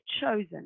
chosen